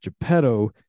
geppetto